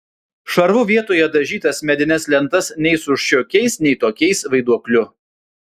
šarvu vietoje dažytas medines lentas su nei šiokiais nei tokiais vaiduokliu